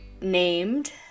named